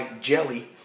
jelly